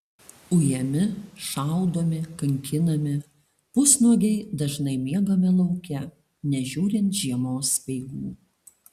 ujami šaudomi kankinami pusnuogiai dažnai miegame lauke nežiūrint žiemos speigų